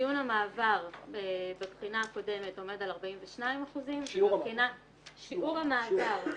ציון המעבר בבחינה הקודמת עומד 42%. שיעור המעבר.